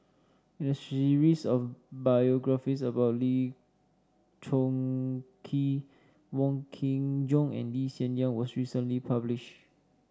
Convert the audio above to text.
a series of biographies about Lee Choon Kee Wong Kin Jong and Lee Hsien Yang was recently published